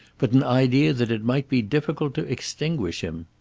but an idea that it might be difficult to extinguish him.